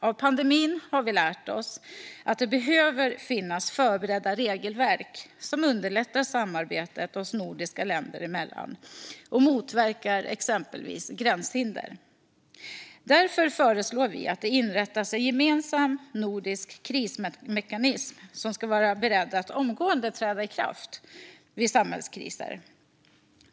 Av pandemin har vi lärt oss att det behöver finnas förberedda regelverk som underlättar samarbetet oss nordiska länder emellan och motverkar exempelvis gränshinder. Därför föreslår vi att det inrättas en gemensam nordisk krismekanism som ska vara beredd att omgående träda i kraft vid samhällskriser.